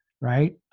right